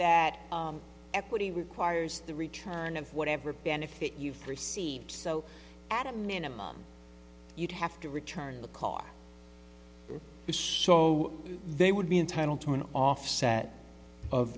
that equity requires the return of whatever benefit you've received so at a minimum you'd have to return the car is so they would be entitled to an offset of